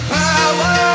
power